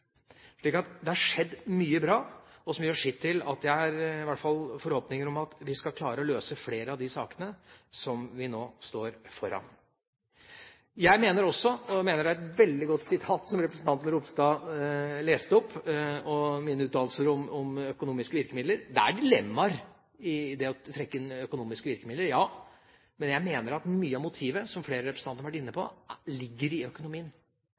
har skjedd mye bra som gjør sitt til at jeg i hvert fall har forhåpninger om at vi skal klare å løse flere av de sakene som vi nå står overfor. Jeg mener det er et veldig godt sitat som representanten Ropstad leste opp fra mine uttalelser om økonomiske virkemidler. Det er dilemmaer ved det å trekke inn økonomiske virkemidler, ja. Men jeg mener at mye av motivet, som flere representanter har vært inne på, ligger i økonomien.